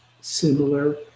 similar